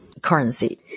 Currency